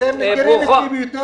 תודה